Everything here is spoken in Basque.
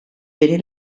bere